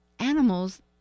animals